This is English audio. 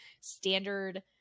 standard